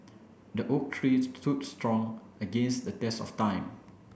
the oak tree stood strong against the test of time